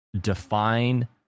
define